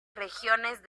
regiones